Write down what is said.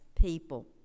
people